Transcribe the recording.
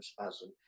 spasm